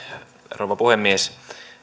rouva puhemies